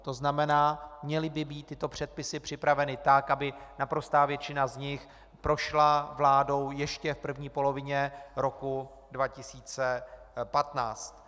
To znamená, měly by být tyto předpisy připraveny tak, aby naprostá většina z nich prošla vládou ještě v první polovině roku 2015.